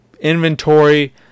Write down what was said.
inventory